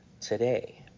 today